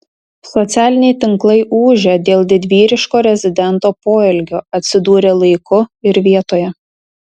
socialiniai tinklai ūžia dėl didvyriško rezidento poelgio atsidūrė laiku ir vietoje